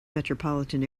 metropolitan